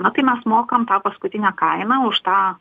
na tai mes mokam tą paskutinę kainą už tą